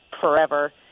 forever